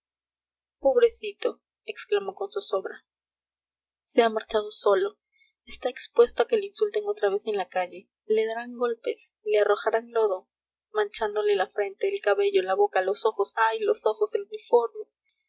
pobrecito exclamó con zozobra se ha marchado solo está expuesto a que le insulten otra vez en la calle le darán golpes le arrojarán lodo manchándole la frente el cabello la boca los ojos ay los ojos el uniforme